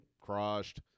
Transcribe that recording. crushed